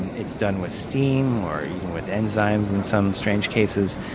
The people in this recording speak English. and it's done with steam or even with enzymes in some strange cases,